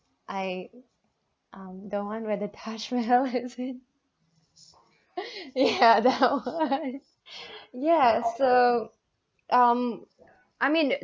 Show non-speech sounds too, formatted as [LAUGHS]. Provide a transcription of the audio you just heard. I um the one where the taj mahal is [LAUGHS] ya that one yeah so um I mean